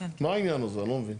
מה העניין הזה, אני לא מבין.